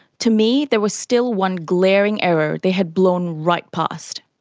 to me there was still one glaring error they had blown right past.